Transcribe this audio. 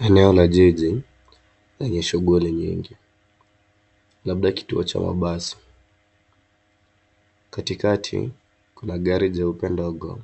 Eneo la jiji yenye shughuli nyingi. Labda kituo cha mabasi. Katikati, kuna gari jeupe ndogo.